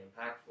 impactful